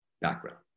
background